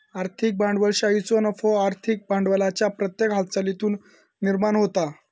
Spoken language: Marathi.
आर्थिक भांडवलशाहीचो नफो आर्थिक भांडवलाच्या प्रत्येक हालचालीतुन निर्माण होता